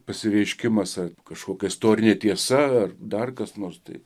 pasireiškimas ar kažkokia istorinė tiesa ar dar kas nors tai